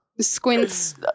Squint's